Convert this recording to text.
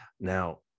Now